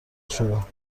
شدم